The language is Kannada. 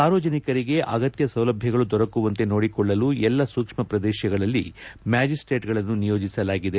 ಸಾರ್ವಜನಿಕರಿಗೆ ಅಗತ್ಯ ಸೌಲಭ್ಯಗಳು ದೊರಕುವಂತೆ ನೋಡಿಕೊಳ್ಳಲು ಎಲ್ಲ ಸೂಕ್ಷ್ಮ ಪ್ರದೇಶಗಳಲ್ಲಿ ಮ್ಕಾಜಿಸ್ಟೇಟ್ ಗಳನ್ನು ನಿಯೋಜಿಸಲಾಗಿದೆ